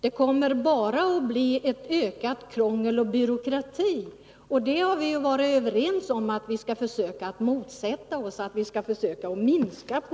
Det kommer bara att bli ökat krångel och mer byråkrati, och det har vi ju varit överens om att försöka minska på.